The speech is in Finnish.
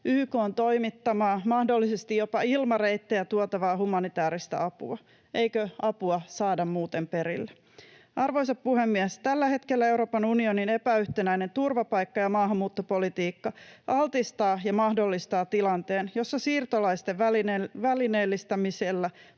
YK:n toimittamaa, mahdollisesti jopa ilmareittejä pitkin tuotavaa humanitääristä apua? Eikö apua saada muuten perille? Arvoisa puhemies! Tällä hetkellä Euroopan unionin epäyhtenäinen turvapaikka- ja maahanmuuttopolitiikka mahdollistaa tilanteen, jossa siirtolaisten välineellistämisellä